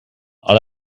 all